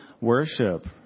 worship